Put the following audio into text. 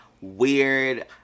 weird